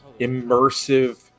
immersive